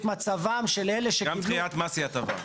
מצבם של אלו --- גם דחיית מס היא הטבה.